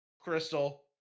Crystal